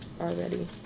already